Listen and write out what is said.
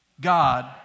God